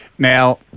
Now